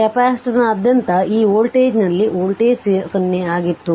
ಕೆಪಾಸಿಟರ್ನಾದ್ಯಂತ ಈ ವೋಲ್ಟೇಜ್ನಲ್ಲಿ ವೋಲ್ಟೇಜ್ 0 ಆಗಿತ್ತು